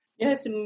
Yes